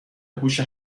هوش